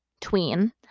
tween